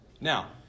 Now